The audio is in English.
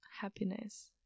happiness